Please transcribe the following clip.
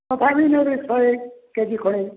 ତଥାପି ଶହେ K G